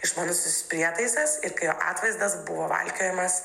išmanusis prietaisas ir kai jo atvaizdas buvo valkiojamas